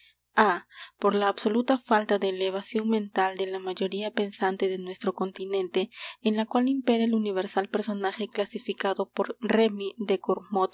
a por la absoluta falta de elevación mental de la mayoría pensante de nuestro continente en la cual impera el universal personaje clasificado por remy de gourmont